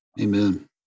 Amen